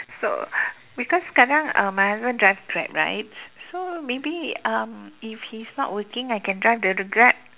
so because sekarang uh my husband drives Grab right so maybe um if he's not working I can drive the Grab